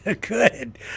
Good